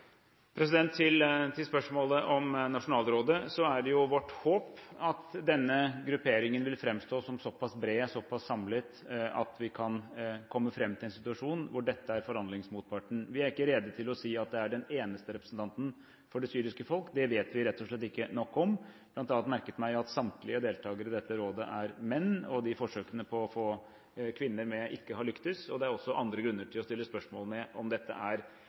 Til spørsmålet om nasjonalrådet, så er det jo vårt håp at denne grupperingen vil framstå som såpass bred, såpass samlet, at vi kan komme fram til en situasjon hvor dette er forhandlingsmotparten. Vi er ikke rede til å si at det er den eneste representanten for det syriske folk, det vet vi rett og slett ikke nok om. Jeg har bl.a. merket meg at samtlige deltakere i dette rådet er menn, og forsøkene på å få med kvinner har ikke lyktes. Det er også andre grunner til å stille spørsmål ved om dette